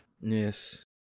Yes